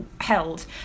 held